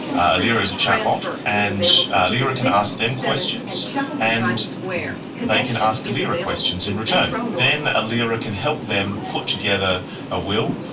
ah ailira is a chat bot, and ailira can ask them questions and they can ask ailira questions in return. then ailira can help them put together a will,